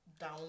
down